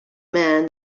man